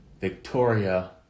Victoria